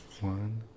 one